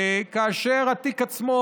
כאשר התיק עצמו,